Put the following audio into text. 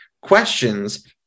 questions